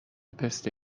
پسته